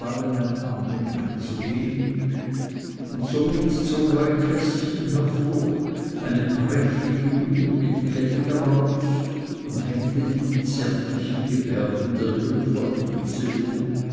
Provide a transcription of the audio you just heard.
andenken zu gehen und somit zog er ein kästchen hervor eine prächtige uhr mit kette daraus und hängte die mit zärtlichen gebärden der jungfer elise um